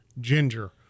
ginger